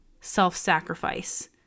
self-sacrifice